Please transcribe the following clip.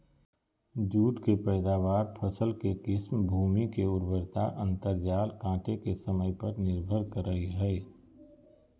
जुट के पैदावार, फसल के किस्म, भूमि के उर्वरता अंतराल काटे के समय पर निर्भर करई हई